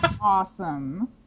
awesome